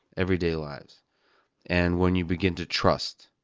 everyday lives and when you begin to trust.